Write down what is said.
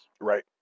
Right